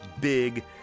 big